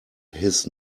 his